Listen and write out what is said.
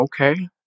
Okay